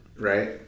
Right